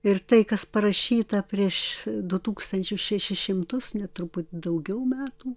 ir tai kas parašyta prieš du tūkstančius šešis šimtus net truputį daugiau metų